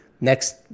Next